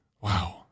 Wow